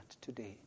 today